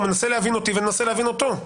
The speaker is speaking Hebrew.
הוא מנסה להבין אותי ואני מנסה להבין אותו.